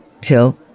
till